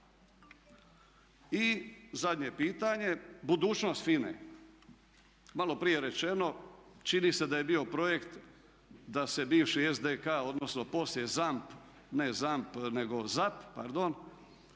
I zadnje pitanje budućnost FINA-e. Malo prije je rečeno, čini se da je bio projekt da se bivši SDK, odnosno poslije ZAMP, ne ZAMP nego ZAP, pardon,